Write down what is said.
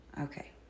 Okay